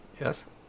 Yes